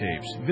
tapes